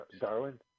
Darwin